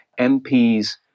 MPs